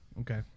okay